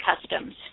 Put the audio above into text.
customs